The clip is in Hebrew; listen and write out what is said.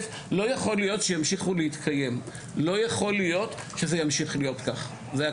לא יכול להיות הסטנדרט הכפול הזה, שבו